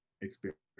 experience